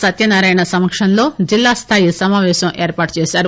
సత్యనారాయణ సమక్షంలో జిల్లాస్థాయి సమాపేశాన్ని ఏర్పాటుచేశారు